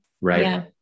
right